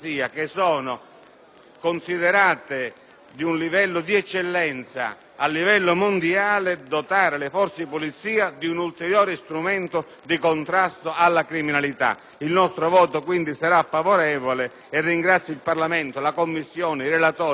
considerate ad un livello di eccellenza mondiale, di un ulteriore strumento di contrasto alla criminalità. Il nostro voto sarà quindi favorevole e ringrazio il Parlamento, la Commissione, i relatori ed anche il Governo